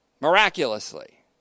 miraculously